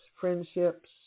friendships